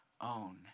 own